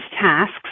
tasks